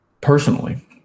Personally